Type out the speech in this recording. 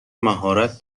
مهارت